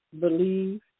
believe